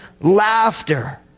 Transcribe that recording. laughter